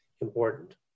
important